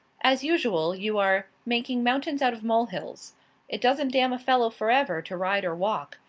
as usual you are making mountains out of mole hills it doesn't damn a fellow forever to ride or walk,